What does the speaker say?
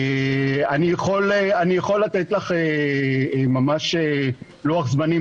אני יכול לתת לך ממש לוח זמנים,